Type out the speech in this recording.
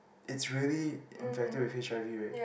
it's really infected with H_I_V right